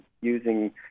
using